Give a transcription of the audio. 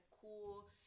cool